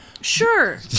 Sure